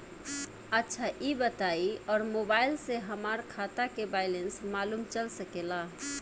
अच्छा ई बताईं और मोबाइल से हमार खाता के बइलेंस मालूम चल सकेला?